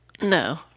No